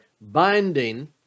binding